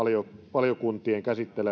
valiokuntien